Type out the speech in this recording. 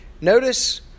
Notice